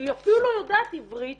היא אפילו לא יודעת עברית